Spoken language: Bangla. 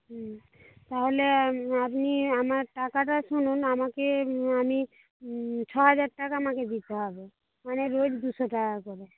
হুম তাহলে আপনি আমার টাকাটা শুনুন আমাকে আমি ছহাজার টাকা আমাকে দিতে হবে মানে রোজ দুশো টাকা করে